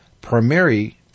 Primary